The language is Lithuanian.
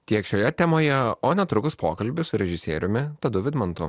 tiek šioje temoje o netrukus pokalbis su režisieriumi tadu vidmantu